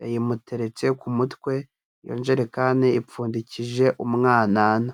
yayimuteretse ku mutwe, iyo njerekani ipfundikije umwanana.